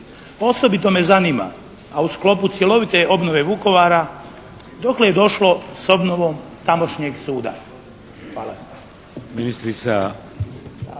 Osobito me zanima a u sklopu cjelovite obnove Vukovara dokle je došlo s obnovom tamošnjeg suda? Hvala.